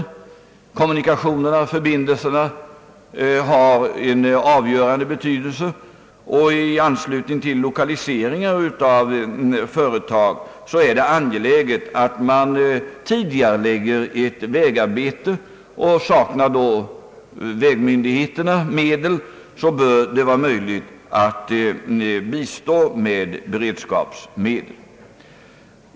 Kommunikationerna har en avgörande betydelse, och i anslutning till lokaliseringar av företag är det angeläget att man tidigarelägger ett vägarbete, Saknar då vägmyndigheterna medel bör det vara möjligt att bistå med beredskapsmedel.